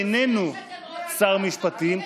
של היועץ המשפטי לכנסת.